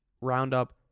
Roundup